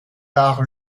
par